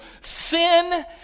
sin